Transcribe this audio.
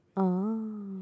oh